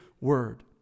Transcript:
word